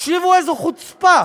תקשיבו איזו חוצפה.